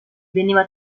veniva